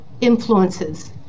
influences